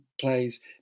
plays